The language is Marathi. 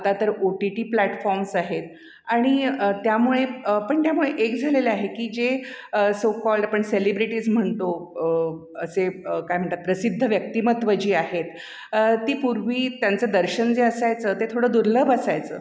आता तर ओ टी टी प्लॅटफॉर्म्स आहेत आणि त्यामुळे पण त्यामुळे एक झालेले आहे की जे सो कॉल्ड आपण सेलिब्रिटीज म्हणतो असे काय म्हणतात प्रसिद्ध व्यक्तिमत्व जी आहेत ती पूर्वी त्यांचं दर्शन जे असायचं ते थोडं दुर्लभ असायचं